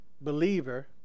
believer